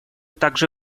также